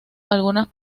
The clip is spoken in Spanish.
algunos